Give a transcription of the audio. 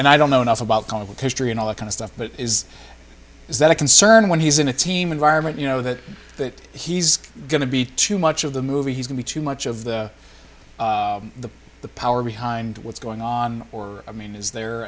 and i don't know enough about covert history and all that kind of stuff but is is that a concern when he's in a team environment you know that that he's going to be too much of the movie he's can be too much of the the the power behind what's going on or i mean is there